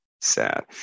sad